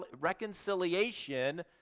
reconciliation